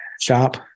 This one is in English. shop